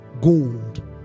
gold